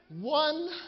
One